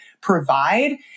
provide